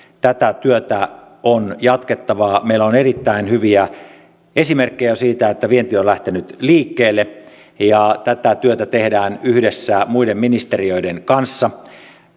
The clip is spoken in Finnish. tätä työtä on jatkettava meillä on erittäin hyviä esimerkkejä jo siitä että vienti on lähtenyt liikkeelle ja tätä työtä tehdään yhdessä muiden ministeriöiden kanssa